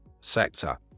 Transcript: sector